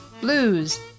blues